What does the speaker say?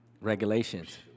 Regulations